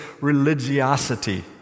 religiosity